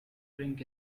drink